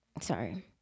Sorry